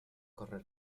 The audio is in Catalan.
córrer